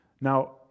Now